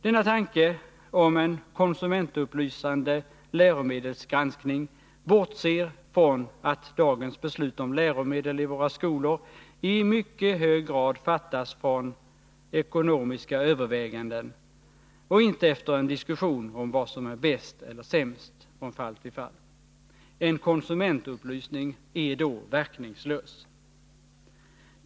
Denna tanke om en konsumentupplysande läromedelsgranskning bortser från att dagens beslut om läromedel i våra skolor i mycket hög grad fattas mot bakgrund av ekonomiska överväganden och inte efter en diskussion om vad som är bäst eller sämst från fall till fall. En konsumentupplysning är då verkningslös.